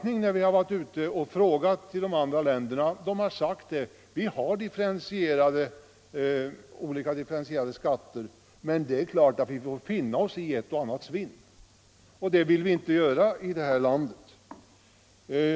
När vi har varit ute i andra länder och undersökt momsfrågan, har vi fått den uppfattningen att de som har differentierade skatter självklart får finna sig i ett och annat svinn. Det vill vi inte göra här i landet.